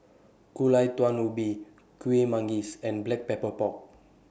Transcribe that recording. Gulai Daun Ubi Kuih Manggis and Black Pepper Pork